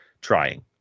trying